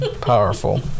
Powerful